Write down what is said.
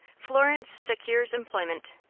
florence secures employment.